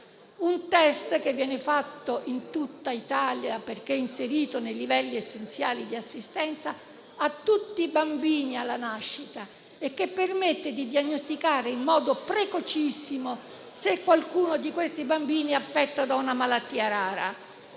un test che viene fatto in tutta Italia - perché inserito nei livelli essenziali di assistenza - a tutti i bambini alla nascita, il quale permette di diagnosticare in modo precocissimo l'eventuale affezione da malattia rara.